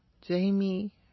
Jamie